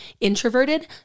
introverted